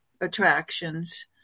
attractions